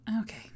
Okay